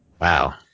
Wow